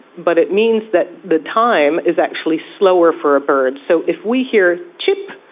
but it means that the time is actually slower for a bird. so if we hear chip,